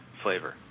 flavor